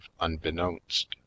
unbeknownst